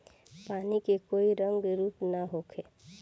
पानी के कोई रंग अउर रूप ना होखें